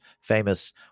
famous